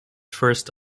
first